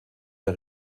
der